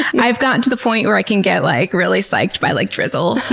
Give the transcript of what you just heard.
i've gotten to the point where i can get like really psyched by like drizzle.